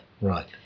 Right